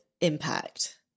impact